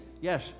yes